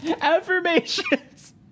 Affirmations